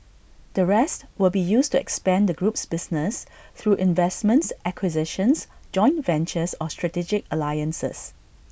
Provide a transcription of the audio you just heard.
the rest will be used to expand the group's business through investments acquisitions joint ventures or strategic alliances